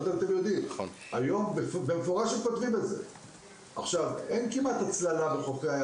כמעט שאין הצללה בחופי הים.